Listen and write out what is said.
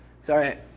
sorry